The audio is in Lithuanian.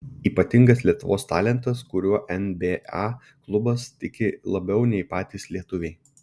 ypatingas lietuvos talentas kuriuo nba klubas tiki labiau nei patys lietuviai